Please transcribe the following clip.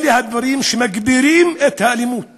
אלה הדברים שמגבירים את האלימות